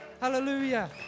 Hallelujah